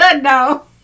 No